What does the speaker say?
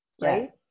right